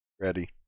Ready